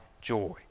joy